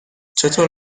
چطور